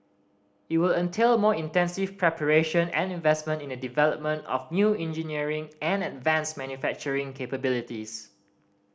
it will entail more intensive preparation and investment in the development of new engineering and advanced manufacturing capabilities